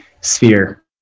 Sphere